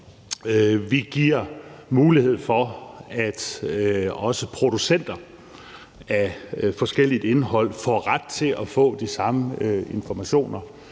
Vi giver mulighed for, at også producenter af forskelligt indhold får ret til at få de samme informationer